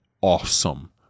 Awesome